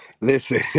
Listen